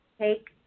take